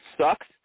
sucks